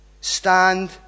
Stand